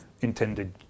intended